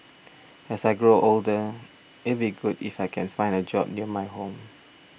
as I grow older it'd be good if I can find a job near my home